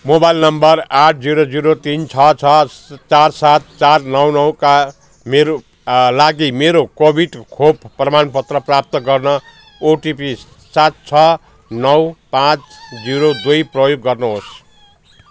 mobile number आठ zero zero तिन छ छ चार सात चार नौ नौका मेरो लागि मेरो कोभिड खोप प्रमाण पत्र प्राप्त गर्न ओटिपी सात छ नौ पाँच जिरो दुई प्रयोग गर्नु होस्